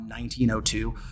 1902